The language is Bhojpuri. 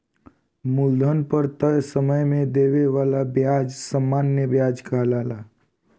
मूलधन पर तय समय में देवे वाला ब्याज सामान्य व्याज कहाला